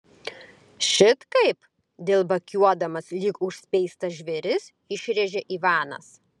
šit kaip dilbakiuodamas lyg užspeistas žvėris išrėžė ivanas